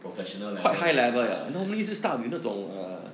professional level leh ah ya